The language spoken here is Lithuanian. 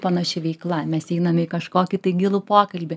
panaši veikla mes einame į kažkokį gilų pokalbį